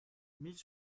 mille